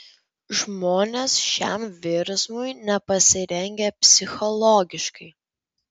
žmonės šiam virsmui nepasirengę psichologiškai